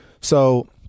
So-